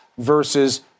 versus